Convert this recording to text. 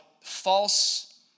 false